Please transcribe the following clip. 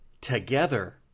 together